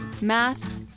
math